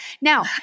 Now